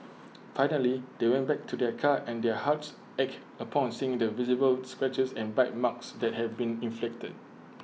finally they went back to their car and their hearts ached upon seeing the visible scratches and bite marks that have been inflicted